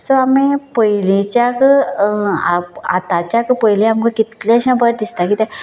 so आमी पयलीच्याक आत आताच्याक पयली आमकां कितलेशें बरें दिसता कित्याक